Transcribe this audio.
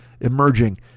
emerging